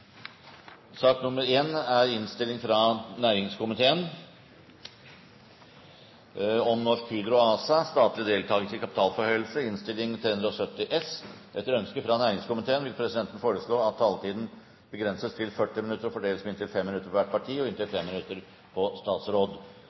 sak nr. 16. Etter ønske fra næringskomiteen vil presidenten foreslå at taletiden begrenses til 40 minutter og fordeles med inntil 5 minutter til hvert parti og inntil 5 minutter til statsråden. Videre vil presidenten foreslå at det gis anledning til replikkordskifte på